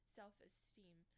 self-esteem